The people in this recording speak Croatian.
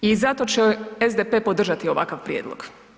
I zato će SDP podržati ovakav prijedlog.